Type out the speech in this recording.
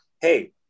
Hey